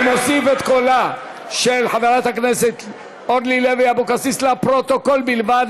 אני מוסיף את קולה של חברת הכנסת אורלי לוי אבקסיס לפרוטוקול בלבד,